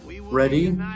ready